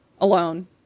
alone